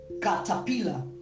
caterpillar